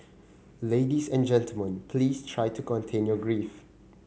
ladies and gentlemen please try to contain your grief